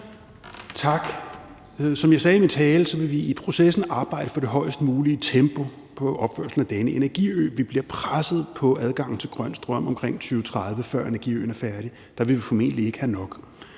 Tak. Som jeg sagde i min tale, vil vi i processen arbejde for det højest mulige tempo i opførelsen af denne energiø. Vi bliver presset på adgangen til grøn strøm omkring 2030, før energiøen er færdig – der vil vi formentlig ikke have nok.